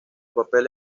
papel